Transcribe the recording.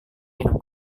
minum